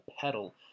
pedal